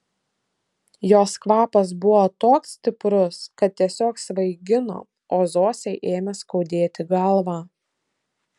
jos kvapas buvo toks stiprus kad tiesiog svaigino o zosei ėmė skaudėti galvą